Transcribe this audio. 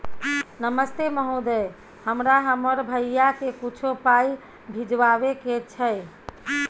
नमस्ते महोदय, हमरा हमर भैया के कुछो पाई भिजवावे के छै?